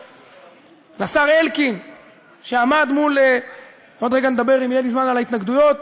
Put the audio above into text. זו לא וילה, לא חווה, אין שם בריכת שחייה,